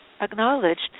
acknowledged